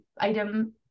item